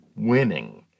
Winning